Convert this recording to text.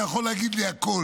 תקשיב, אתה יכול להגיד לי הכול,